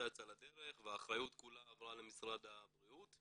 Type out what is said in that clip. יצאה לדרך והאחריות כולה עברה למשרד הבריאות.